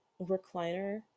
recliner